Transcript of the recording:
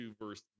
verse